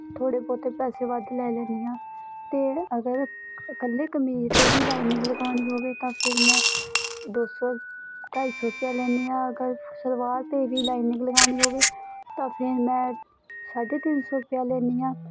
ਥੋੜ੍ਹੇ ਬਹੁਤ ਪੈਸੇ ਵੱਧ ਲੈ ਲੈਂਦੀ ਹਾਂ ਅਤੇ ਅਗਰ ਇਕੱਲੇ ਕਮੀਜ਼ 'ਤੇ ਹੀ ਲਾਈਨਿੰਗ ਲਗਾਉਣੀ ਹੋਵੇ ਤਾਂ ਫਿਰ ਮੈਂ ਦੋ ਸੌ ਢਾਈ ਸੌ ਰੁਪਇਆ ਲੈਂਦੀ ਹਾਂ ਅਗਰ ਸਲਵਾਰ 'ਤੇ ਵੀ ਲਾਈਨਿੰਗ ਲਗਾਉਣੀ ਹੋਵੇ ਤਾਂ ਫਿਰ ਮੈਂ ਸਾਢੇ ਤਿੰਨ ਸੌ ਰੁਪਇਆ ਲੈਂਦੀ ਹਾਂ